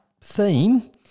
theme